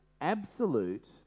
absolute